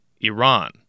Iran